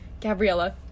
Gabriella